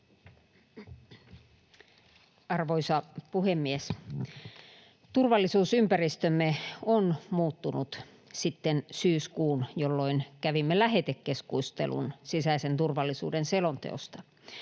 Arvoisa puhemies! Turvallisuusympäristömme on muuttunut sitten syyskuun, jolloin kävimme lähetekeskustelun sisäisen turvallisuuden selonteosta.